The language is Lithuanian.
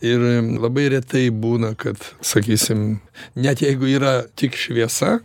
ir labai retai būna kad sakysim net jeigu yra tik šviesa